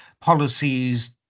policies